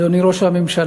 אדוני ראש הממשלה,